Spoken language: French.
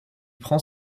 prend